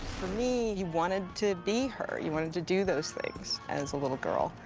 for me, you wanted to be her, you wanted to do those things as a little girl,